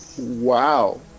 wow